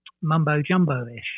mumbo-jumbo-ish